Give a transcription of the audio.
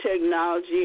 technology